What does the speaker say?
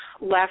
left